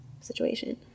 situation